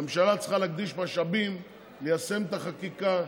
הממשלה צריכה להקדיש משאבים ליישם את החקיקה,